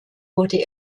wurde